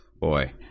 boy